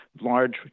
large